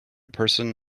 person